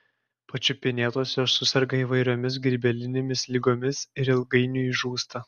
pačiupinėtos jos suserga įvairiomis grybelinėmis ligomis ir ilgainiui žūsta